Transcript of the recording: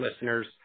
listeners